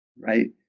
right